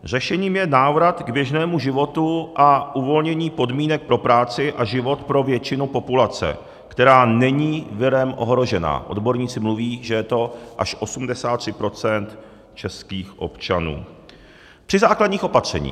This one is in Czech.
Řešením je návrat k běžnému životu a uvolnění podmínek pro práci a život pro většinu populace, která není virem ohrožena odborníci mluví, že je to až 83 % českých občanů při základních opatřeních.